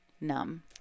numb